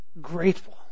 grateful